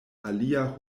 alia